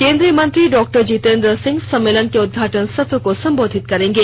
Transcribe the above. केंद्रीय मंत्री डॉक्टर जितेन्द्र सिंह सम्मेलन के उद्घाटन सत्र को संबोधित करेंगे